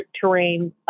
terrain